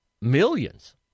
millions